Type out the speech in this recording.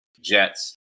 Jets